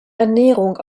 ernährung